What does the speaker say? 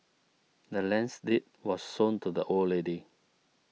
the land's deed was sold to the old lady